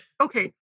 Okay